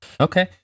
okay